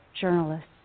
journalists